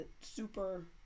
super